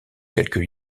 quelques